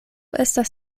estas